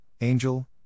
Angel